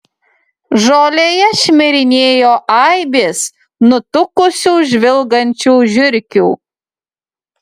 žolėje šmirinėjo aibės nutukusių žvilgančių žiurkių